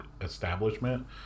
establishment